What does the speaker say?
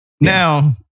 Now